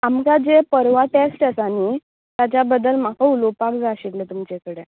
आमकां जें परवां टेस्ट आसा नी ताज्या बद्दल म्हाका उलोपाक जाय आशिल्लें तुमचे कडेन